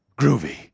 Groovy